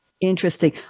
Interesting